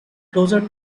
closer